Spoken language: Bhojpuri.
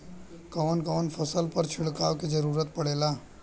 कवन कवन फसल पर छिड़काव के जरूरत पड़ेला?